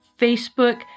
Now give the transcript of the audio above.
Facebook